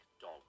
dog